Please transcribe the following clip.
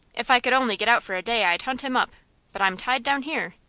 if i could only get out for a day i'd hunt him up but i'm tied down here.